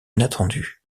inattendu